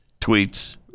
tweets